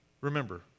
Remember